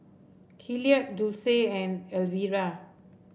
Hilliard Dulce and Elvera